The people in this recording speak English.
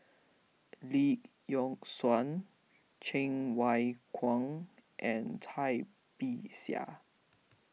Lee Yock Suan Cheng Wai Keung and Cai Bixia